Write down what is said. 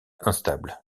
instable